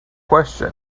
question